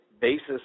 basis